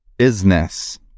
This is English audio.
Business